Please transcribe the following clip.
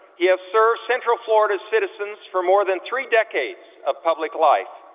he has served central florida's citizens for more than three decades of public life,